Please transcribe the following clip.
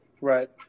Right